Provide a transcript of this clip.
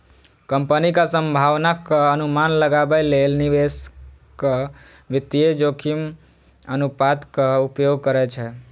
कंपनीक संभावनाक अनुमान लगाबै लेल निवेशक वित्तीय जोखिम अनुपातक उपयोग करै छै